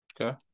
Okay